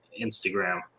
Instagram